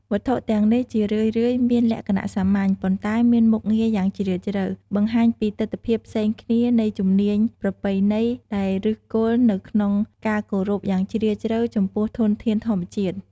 វត្ថុទាំងនេះ ជារឿយៗមានលក្ខណៈសាមញ្ញ ប៉ុន្តែមានមុខងារយ៉ាងជ្រាលជ្រៅ បង្ហាញពីទិដ្ឋភាពផ្សេងគ្នានៃជំនាញប្រពៃណីដែលឫសគល់នៅក្នុងការគោរពយ៉ាងជ្រាលជ្រៅចំពោះធនធានធម្មជាតិ។